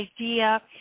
idea